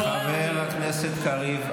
חבר הכנסת קריב,